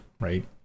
right